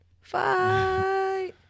Fight